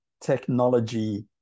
technology